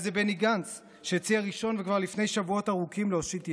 היה זה בני גנץ שהציע ראשון וכבר לפני שבועות ארוכים להושיט יד.